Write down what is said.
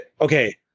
Okay